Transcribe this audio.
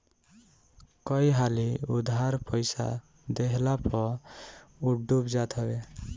कई हाली उधार पईसा देहला पअ उ डूब जात हवे